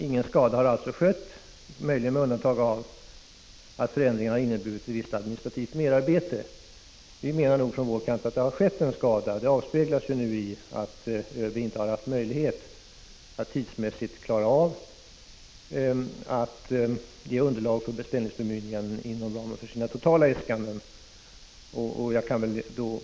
Ingen skada har alltså skett, möjligen med undantag att förändringen har inneburit ett visst administrativt merarbete.” Vi menar nog att det har skett en skada. Det avspeglas ju nu i att ÖB inte har haft möjlighet att tidsmässigt klara av att ge underlag för beställningsbemyndiganden inom ramen för sina totala äskanden.